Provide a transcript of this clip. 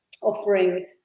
offering